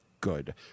good